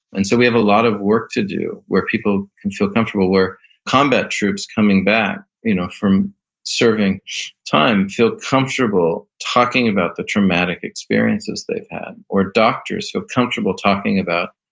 and so we have a lot of work to do where people can feel comfortable where combat troops coming back you know from serving time feel comfortable talking about the traumatic experiences they've had, or doctors feel comfortable talking about,